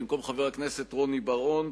במקום חבר הכנסת רוני בר-און,